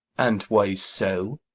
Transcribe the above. and why so?